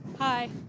Hi